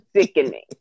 sickening